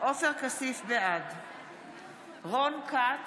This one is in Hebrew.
בעד רון כץ,